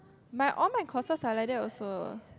my all my courses are like that also